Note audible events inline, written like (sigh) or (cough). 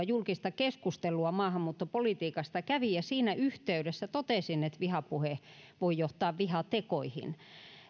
(unintelligible) julkista keskustelua maahanmuuttopolitiikasta kävi ja siinä yhteydessä totesin että vihapuhe voi johtaa vihatekoihin